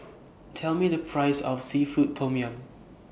Tell Me The Price of Seafood Tom Yum